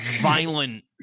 violent